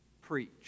preach